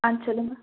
ஆ சொல்லுங்கள்